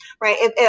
right